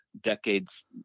decades